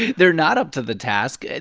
they're not up to the task.